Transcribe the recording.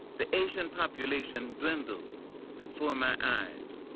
the asian population dwindled before my eyes.